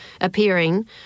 appearing